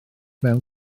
mewn